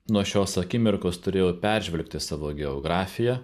nuo šios akimirkos turėjau peržvelgti savo geografiją